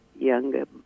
Younger